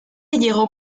llegó